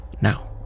now